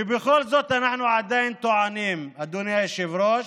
ובכל זאת, אנחנו עדיין טוענים, אדוני היושב-ראש,